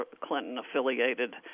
Clinton-affiliated